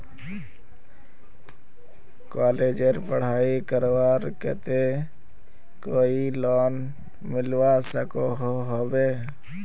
कॉलेजेर पढ़ाई करवार केते कोई लोन मिलवा सकोहो होबे?